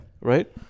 Right